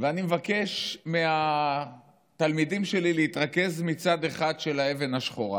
ושאני מבקש מהתלמידים שלי להתרכז בצד אחד של האבן השחורה,